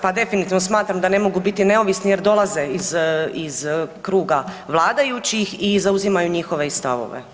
Pa definitivno smatram da ne mogu biti neovisni jer dolaze iz kruga vladajućih i zauzimanju njihove i stavove.